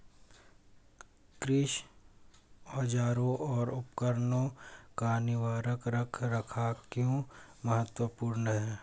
कृषि औजारों और उपकरणों का निवारक रख रखाव क्यों महत्वपूर्ण है?